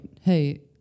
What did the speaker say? hey